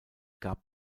gab